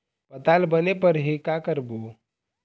पताल बने फरही का करबो?